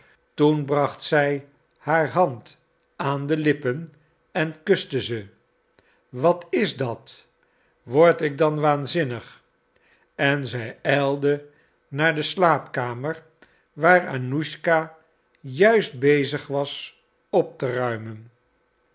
toen bracht zij haar hand aan de lippen en kuste ze wat is dat word ik dan waanzinnig en zij ijlde naar de slaapkamer waar annuschka juist bezig was op te ruimen